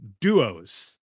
duos